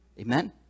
Amen